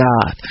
God